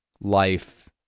life